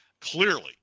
clearly